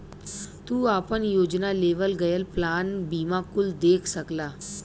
तू आपन योजना, लेवल गयल प्लान बीमा कुल देख सकला